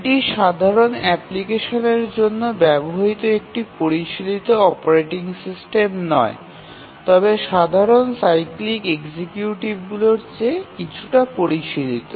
এটি সাধারণ অ্যাপ্লিকেশনগুলির জন্য ব্যবহৃত একটি পরিশীলিত অপারেটিং সিস্টেম নয় তবে সাধারণ সাইক্লিক এক্সিকিউটিভগুলির চেয়ে কিছুটা পরিশীলিত